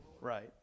Right